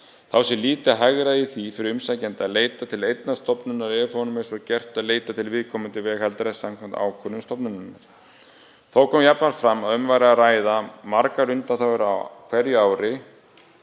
Þá sé lítið hagræði í því fyrir umsækjanda að leita til einnar stofnunar ef honum er svo gert að leita til viðkomandi veghaldara samkvæmt ákvörðun stofnunarinnar. Þó kom jafnframt fram að um væri að ræða margar undanþágur á hverju ári